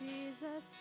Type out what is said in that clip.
Jesus